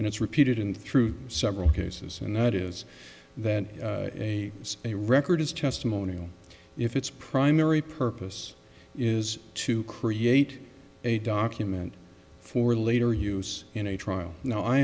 and it's repeated in through several cases and that is that a is a record is testimony if its primary purpose is to create a document for later use in a trial now i